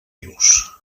rius